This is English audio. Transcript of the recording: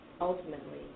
ultimately